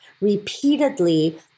repeatedly